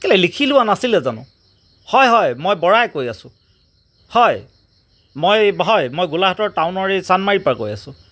কেলেই লিখি লোৱা নাছিলে জানো হয় হয় মই বৰাই কৈ আছোঁ হয় মই গোলাঘাটৰ টাউনৰে এই চানমাৰীৰপৰা কৈ আছোঁ